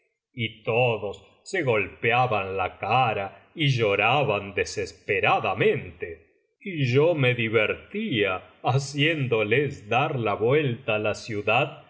y todos se golpeaban la cara y lloraban desesperadamente y yo me divertía haciéndoles ciar la vuelta á la ciudad